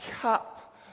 cup